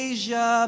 Asia